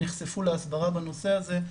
נחשפו להסברה בנושא הזה,